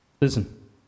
Listen